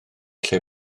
lle